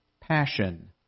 passion